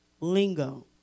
lingo